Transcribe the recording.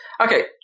okay